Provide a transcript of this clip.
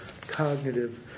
cognitive